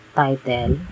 title